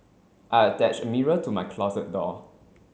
I attached a mirror to my closet door